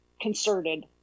concerted